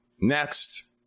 Next